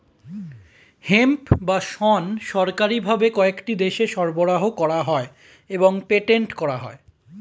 hemp বা শণ সরকারি ভাবে কয়েকটি দেশে সরবরাহ করা হয় এবং পেটেন্ট করা হয়